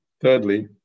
Thirdly